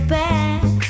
back